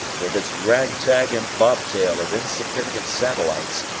with its rag tag and bobtail of insignificant satellites,